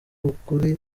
ukuri